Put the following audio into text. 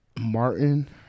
Martin